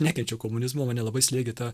nekenčiau komunizmo mane labai slėgė ta